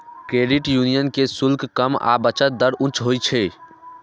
credit union के शुल्क कम आ बचत दर उच्च होइ छै